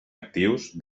actius